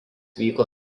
vyko